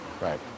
right